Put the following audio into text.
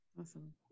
Awesome